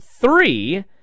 three